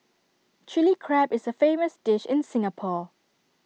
Chilli Crab is A famous dish in Singapore